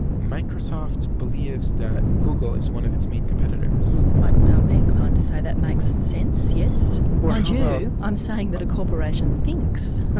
microsoft believes that google is one of its main competitors. i'd be inclined to say that makes sense, yes. mind you i'm saying that a corporation thinks,